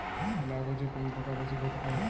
লাউ গাছে কোন পোকা বেশি ক্ষতি করে?